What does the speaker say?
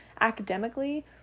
academically